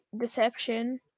deception